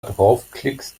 draufklickst